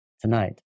tonight